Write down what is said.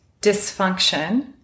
dysfunction